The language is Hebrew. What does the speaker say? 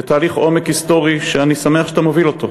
זה תהליך עומק היסטורי שאני שמח שאתה מוביל אותו,